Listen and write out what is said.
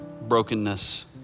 brokenness